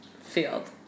Field